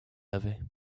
avait